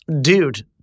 Dude